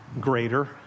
greater